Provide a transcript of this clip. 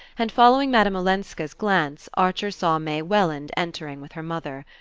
and following madame olenska's glance archer saw may welland entering with her mother.